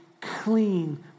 clean